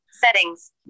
Settings